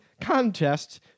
contest